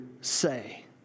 say